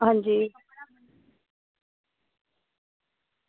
आं जी